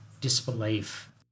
disbelief